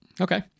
Okay